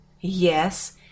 Yes